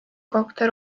kohta